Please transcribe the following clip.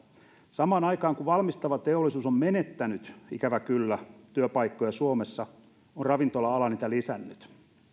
samaan aikaan kun valmistava teollisuus on menettänyt ikävä kyllä työpaikkoja suomessa on ravintola ala niitä lisännyt